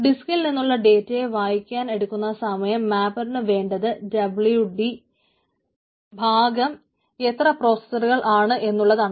ഡിസ്കിൽ നിന്നുള്ള ഡേറ്റയെ വായിക്കാൻ എടുക്കുന്ന സമയം മാപ്പറിനു വേണ്ടത് wdഎത്ര പ്രോസസറുകൾ ആണ് എന്നുള്ളതാണ്